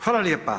Hvala lijepa.